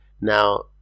now